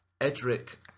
Edric